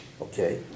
Okay